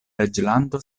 reĝlando